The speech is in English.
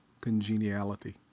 congeniality